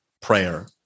prayer